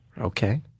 Okay